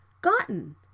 Gotten